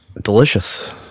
Delicious